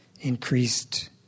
increased